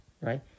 right